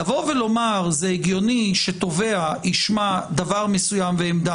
לבוא ולומר שזה הגיוני שתובע ישמע דבר מסוים ועמדה